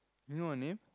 you know her name